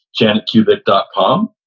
janetcubic.com